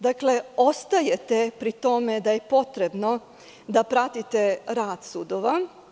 Dakle, ostajete pri tome da je potrebno da pratite rad sudova.